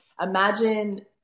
imagine